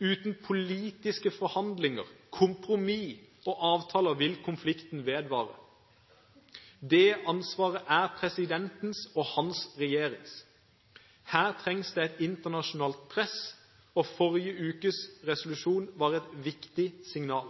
Uten politiske forhandlinger, kompromiss og avtaler vil konflikten vedvare. Det ansvaret er presidentens og hans regjerings. Her trengs det et internasjonalt press, og forrige ukes resolusjon var et viktig signal.